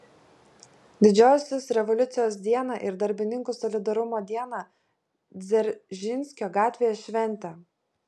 didžiosios revoliucijos dieną ir darbininkų solidarumo dieną dzeržinskio gatvėje šventė